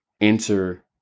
enter